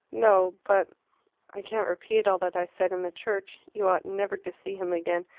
no. but i can't repeat all that i said in the church. you ought never to see him again.